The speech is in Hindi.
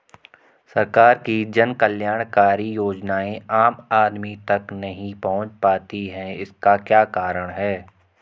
सरकार की जन कल्याणकारी योजनाएँ आम आदमी तक नहीं पहुंच पाती हैं इसका क्या कारण है?